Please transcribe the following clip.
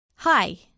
Hi